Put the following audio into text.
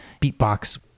beatbox